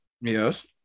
Yes